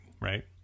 right